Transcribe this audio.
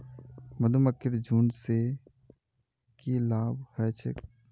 मधुमक्खीर झुंड स की लाभ ह छेक